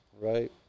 Right